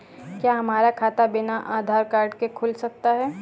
क्या हमारा खाता बिना आधार कार्ड के खुल सकता है?